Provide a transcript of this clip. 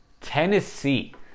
Tennessee